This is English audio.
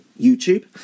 youtube